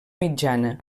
mitjana